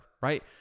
right